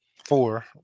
four